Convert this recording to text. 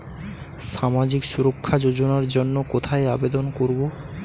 সামাজিক সুরক্ষা যোজনার জন্য কোথায় আবেদন করব?